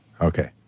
Okay